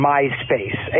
MySpace